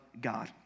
God